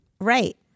Right